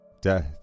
Death